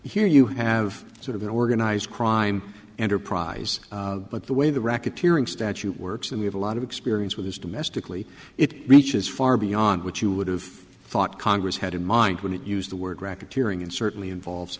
here you have sort of an organized crime enterprise but the way the racketeering statute works and we have a lot of experience with this domestically it reaches far beyond what you would have thought congress had in mind when it used the word racketeering and certainly involves